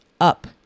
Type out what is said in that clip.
up